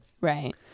Right